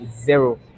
zero